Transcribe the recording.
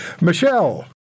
Michelle